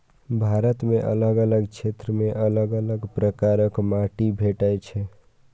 भारत मे अलग अलग क्षेत्र मे अलग अलग प्रकारक माटि भेटै छै